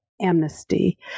amnesty